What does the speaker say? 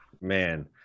man